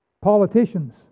Politicians